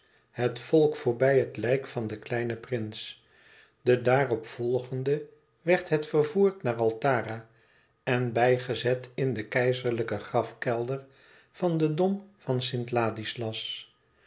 het volk voorbij het lijk van den kleinen prins den daarop volgenden werd het vervoerd naar altara en bijgezet in den keizerlijken grafkelder in den dom van st ladislas